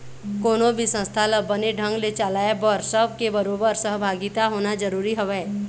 कोनो भी संस्था ल बने ढंग ने चलाय बर सब के बरोबर सहभागिता होना जरुरी हवय